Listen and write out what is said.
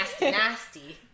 Nasty